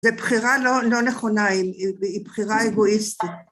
זה בחירה לא נכונה, היא בחירה אגואיסטית.